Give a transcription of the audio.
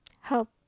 help